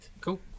Cool